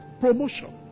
Promotion